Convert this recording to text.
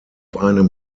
einem